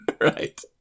Right